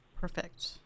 Perfect